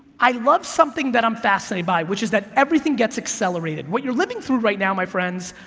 i love something that i'm fascinated by, which is that everything gets accelerated. what you're living through right now, my friends,